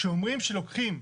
כשאומרים שלוקחים,